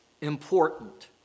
important